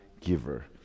giver